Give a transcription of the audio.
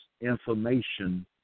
information